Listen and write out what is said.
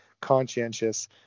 conscientious